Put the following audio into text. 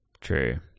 true